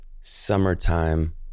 summertime